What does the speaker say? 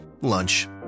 lunch